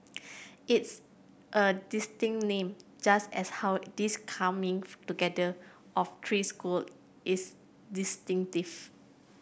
it's a distinctive name just as how this coming together of three school is distinctive